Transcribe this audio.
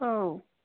औ